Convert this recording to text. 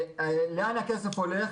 לאן הכסף הולך?